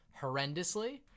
horrendously